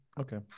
Okay